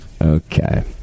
Okay